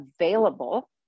available